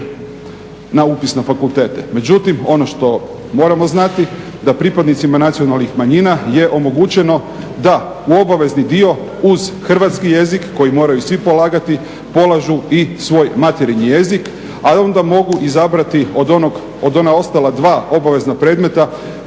na upis na fakultete. međutim, ono što moramo znati da pripadnicima nacionalnih manjina je omogućeno da u obavezni dio uz Hrvatski jezik koji moraju svi polagati polažu i svoj materinji jezik a onda mogu i izabrati od ona ostala dva obavezna predmeta